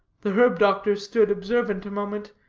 the herb-doctor stood observant a moment,